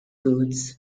foods